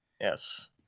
Yes